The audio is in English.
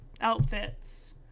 outfits